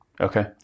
Okay